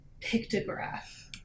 pictograph